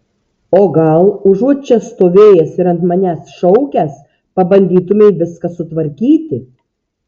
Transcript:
o gal užuot čia stovėjęs ir ant manęs šaukęs pabandytumei viską sutvarkyti